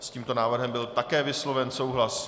S tímto návrhem byl také vysloven souhlas.